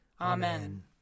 Amen